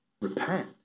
repent